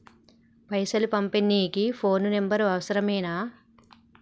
పైసలు పంపనీకి phone number అవసరమేనా?